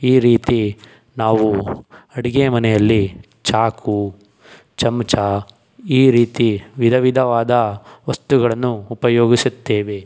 ಈ ರೀತಿ ನಾವು ಅಡುಗೆಮನೆಯಲ್ಲಿ ಚಾಕು ಚಮಚ ಈ ರೀತಿ ವಿಧ ವಿಧವಾದ ವಸ್ತುಗಳನ್ನು ಉಪಯೋಗಿಸುತ್ತೇವೆ